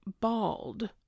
bald